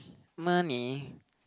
money